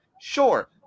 Sure